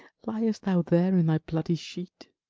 liest thou there in thy bloody sheet?